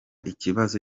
ikibazo